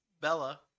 Bella